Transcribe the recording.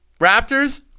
Raptors